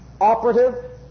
operative